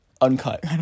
Uncut